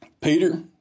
Peter